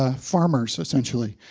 ah farmers, essentially.